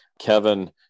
Kevin